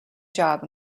job